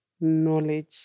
knowledge